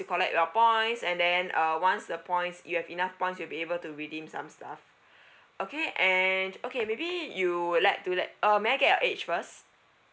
you collect your points and then uh once the points you have enough points you'll be able to redeem some stuff okay and okay maybe you would like to let uh may I get your age first